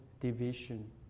division